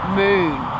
moon